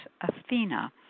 Athena